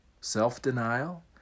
self-denial